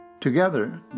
Together